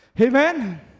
Amen